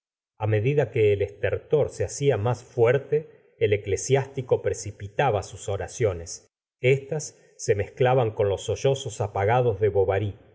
a medida que el estertor se hacia más fuerte el eclesiástico precipitaba sus oraciones estas se mezclaban con los sollozos apagados de